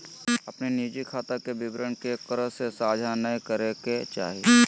अपन निजी खाता के विवरण केकरो से साझा नय करे के चाही